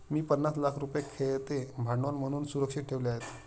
मी पन्नास लाख रुपये खेळते भांडवल म्हणून सुरक्षित ठेवले आहेत